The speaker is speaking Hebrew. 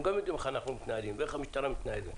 הם גם יודעים איך אנחנו מתנהלים ואיך המשטרה מתנהלת.